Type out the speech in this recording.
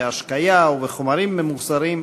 בהשקיה ובחומרים ממוחזרים,